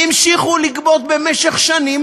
המשיכו לגבות במשך שנים